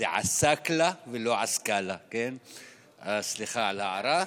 זה עָסַאקלָה ולא עָסקַאלָה, סליחה על ההערה.